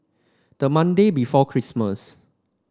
the Monday before Christmas